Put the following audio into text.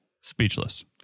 speechless